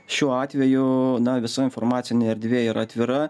šiuo atveju visa informacinė erdvė yra atvira